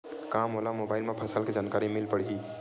का मोला मोबाइल म फसल के जानकारी मिल पढ़ही?